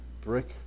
brick